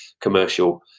commercial